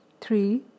three